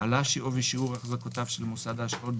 עלה שווי שיעור החזקותיו של מוסד ההשקעות,